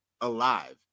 alive